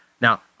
Now